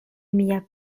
mia